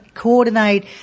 Coordinate